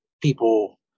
people